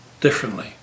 differently